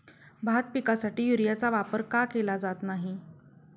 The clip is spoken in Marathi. भात पिकासाठी युरियाचा वापर का केला जात नाही?